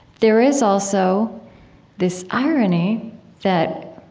there is also this irony that